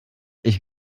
ich